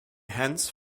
hence